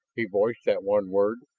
he voiced that one word,